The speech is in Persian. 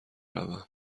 روم